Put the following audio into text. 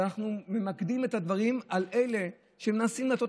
אנחנו ממקדים את הדברים על אלה שמנסים להטעות